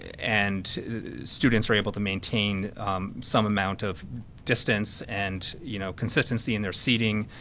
and students are able to maintain some amount of distance and you know consistency in their seating,